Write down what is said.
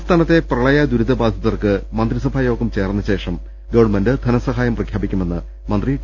സംസ്ഥാനത്തെ പ്രളയ ദുരിത ബാധിതർക്ക് മന്ത്രിസഭാ യോഗം ചേർന്ന ശേഷം ഗവൺമെന്റ് ധനസഹായം പ്രഖ്യാപിക്കുമെന്ന് മന്ത്രി ടി